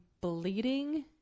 bleeding